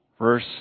Verse